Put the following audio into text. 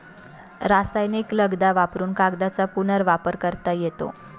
रासायनिक लगदा वापरुन कागदाचा पुनर्वापर करता येतो